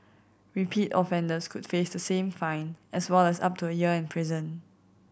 repeat offenders could face the same fine as well as up to a year in prison